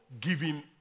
giving